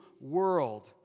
world